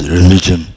religion